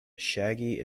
shaggy